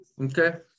Okay